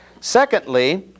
Secondly